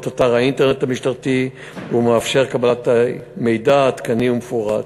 אתר האינטרנט המשטרתי ומאפשר קבלת מידע עדכני ומפורט.